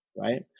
right